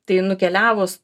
tai nukeliavus